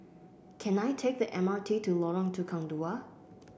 can I take the M R T to Lorong Tukang Dua